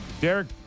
Derek